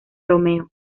romeo